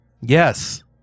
Yes